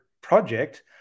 project